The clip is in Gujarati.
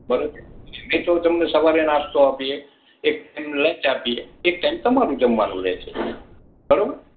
બરાબર અમે જો સવારે તમને નાસ્તો આપીએ એક ટાઈમ લંચ આપીએ એક ટાઈમ તમારું જમવાનું રહે છે બરાબર